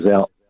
out